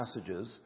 passages